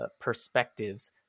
perspectives